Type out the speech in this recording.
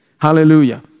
Hallelujah